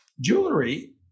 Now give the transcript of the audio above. Jewelry